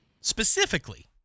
Specifically